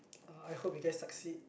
uh I hope you guys succeed